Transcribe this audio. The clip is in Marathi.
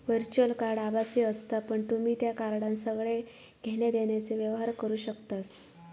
वर्च्युअल कार्ड आभासी असता पण तुम्ही त्या कार्डान सगळे घेण्या देण्याचे व्यवहार करू शकतास